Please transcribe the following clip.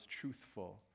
truthful